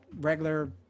regular